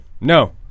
No